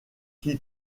qui